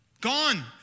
Gone